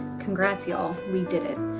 congrats y'all, we did it.